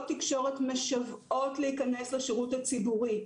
תקשורת משוועות להיכנס לשירות הציבורי,